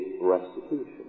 restitution